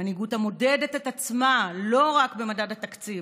מנהיגות המודדת את עצמה לא רק במדד התקציב,